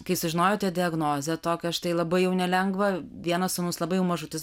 kai sužinojote diagnozę tokią štai labai jau nelengvą vienas sūnus labai mažutis